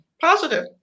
positive